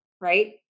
Right